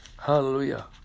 Hallelujah